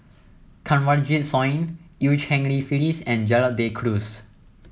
Kanwaljit Soin Eu Cheng Li Phyllis and Gerald De Cruz